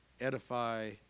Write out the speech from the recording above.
edify